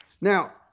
Now